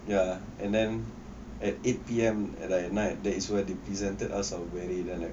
ya and then at eight P_M at night that is where they presented us our beret then like